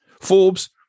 Forbes